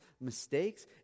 mistakes